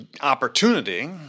opportunity